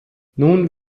nun